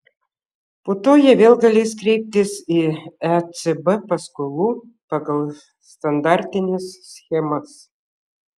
po to jie vėl galės kreiptis į ecb paskolų pagal standartines schemas